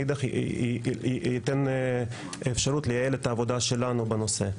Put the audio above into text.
מאידך, ייתן אפשרות לייעל את העבודה שלנו בנושא.